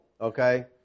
okay